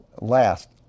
Last